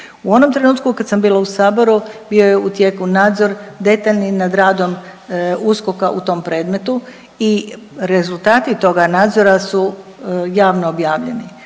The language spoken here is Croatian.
U onom trenutku kad sam bila u saboru bio je u tijeku nadzor detaljni nad radom USKOK-a u tom predmetu i rezultati toga nadzora su javno objavljeni.